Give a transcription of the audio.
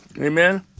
Amen